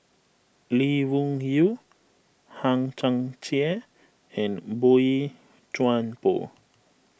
Lee Wung Yew Hang Chang Chieh and Boey Chuan Poh